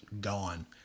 gone